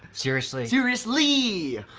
seriously? serious-lee!